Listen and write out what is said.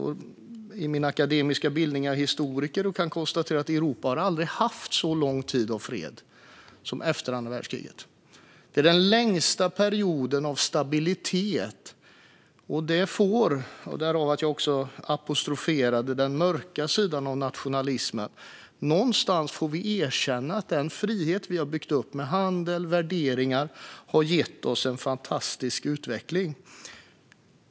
Jag är historiker i min akademiska bildning, och jag kan konstatera att Europa aldrig har haft en så lång tid av fred som efter andra världskriget. Det är den längsta perioden av stabilitet, och det var därför jag också apostroferade den mörka sidan av nationalismen. Någonstans får vi erkänna att den frihet vi har byggt upp med handel och värderingar har gett oss en fantastisk utveckling.